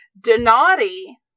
Donati